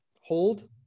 Hold